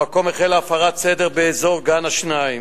במקום החלה הפרת סדר באזור גן-השניים,